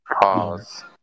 Pause